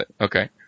Okay